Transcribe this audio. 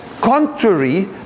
contrary